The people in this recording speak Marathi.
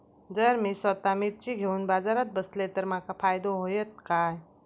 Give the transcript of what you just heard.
जर मी स्वतः मिर्ची घेवून बाजारात बसलय तर माका फायदो होयत काय?